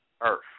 earth